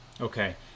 Okay